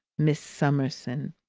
miss summerson,